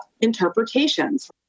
interpretations